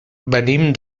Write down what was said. venim